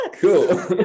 Cool